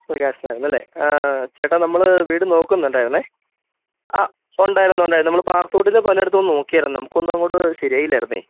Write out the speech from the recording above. പ്രകാശ് രാജെന്നല്ലേ ചേട്ടാ നമ്മൾ വീട് നോക്കുന്നുണ്ടായിരുന്നേ ആ ഉണ്ടായിരുന്നു ഉണ്ടായിരുന്നു നമ്മൾ പാറത്തോട്ടിൽ പലയിടത്തും നോക്കിയായിരുന്നു നമുക്കൊന്നും അങ്ങോട്ട് ശരിയായില്ലായിരുന്നേ